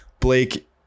Blake